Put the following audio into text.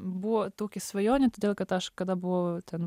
buvo tokį svajonė todėl kad aš kada buvau ten